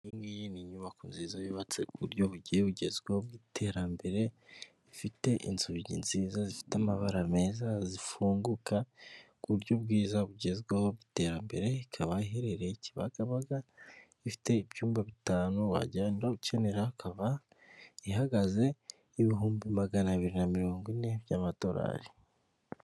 Iyi ngiyi ni inyubako nziza yubatse uburyo bugiye bugezweho mu iterambere, ifite inzugi nziza zifite amabara meza zifunguka ku buryo bwiza bugezweho bw'iterambere, ikaba iherereye Kibagabaga, ifite ibyumba bitanu wagenda ukenera, ikaba ihagaze ibihumbi magana abiri na mirongo ine by'amadorari.